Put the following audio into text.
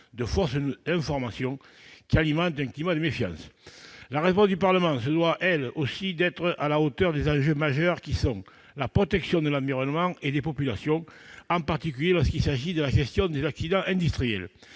de fausses informations qui alimentent un climat de méfiance. La réponse du Parlement se doit d'être à la hauteur de l'enjeu majeur que constitue la protection de l'environnement et des populations, en particulier lorsqu'il s'agit de la gestion des accidents industriels.